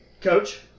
Coach